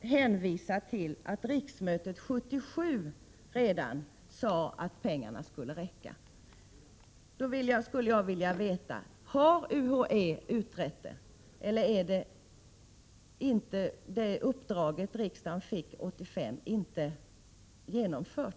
hänvisning till att riksdagen 1977 sade att pengarna skulle räcka. Jag skulle då vilja veta följande. Har UHÄ utrett detta eller är det uppdrag som gavs 1985 inte genomfört?